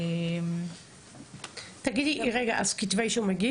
הגישו כתבי אישום?